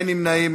אין נמנעים.